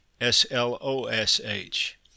S-L-O-S-H